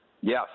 Yes